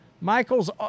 Michaels